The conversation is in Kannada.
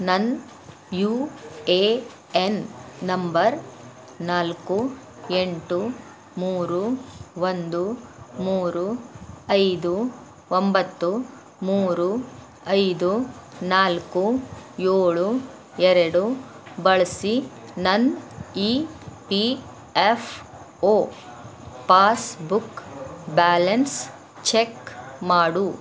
ನನ್ನ ಯು ಎ ಎನ್ ನಂಬರ್ ನಾಲ್ಕು ಎಂಟು ಮೂರು ಒಂದು ಮೂರು ಐದು ಒಂಬತ್ತು ಮೂರು ಐದು ನಾಲ್ಕು ಏಳು ಎರಡು ಬಳ್ಸಿ ನನ್ನ E P F O passbook balance check ಮಾಡು